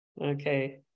Okay